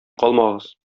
калмагыз